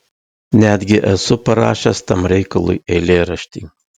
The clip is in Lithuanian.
netgi esu parašęs tam reikalui eilėraštį